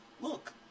look